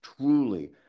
truly